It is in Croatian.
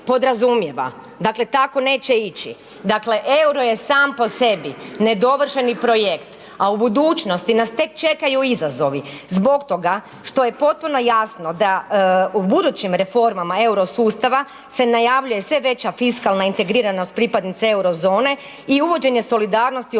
Dakle, tako neće ići. Dakle, EUR-o je sam po sebi nedovršeni projekt, a u budućnosti nas tek čekaju izazovi, zbog toga što je potpuno jasno da u budućim reformama eurosustava se najavljuje sve veća fiskalna integriranost pripadnica euro zone i uvođenje solidarnosti u obliku